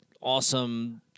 awesome